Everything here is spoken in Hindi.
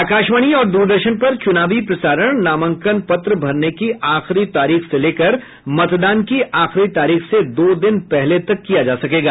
आकाशवाणी और दूरदर्शन पर चुनावी प्रसारण नामांकन पत्र भरने की आखिरी तारीख से लेकर मतदान की आखिरी तारीख से दो दिन पहले तक किया जा सकेगा